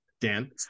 Dan